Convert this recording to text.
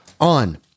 on